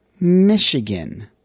Michigan